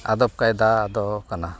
ᱟᱫᱚᱵᱽ ᱠᱟᱭᱫᱟ ᱫᱚ ᱠᱟᱱᱟ